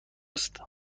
است